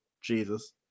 Jesus